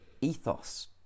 ethos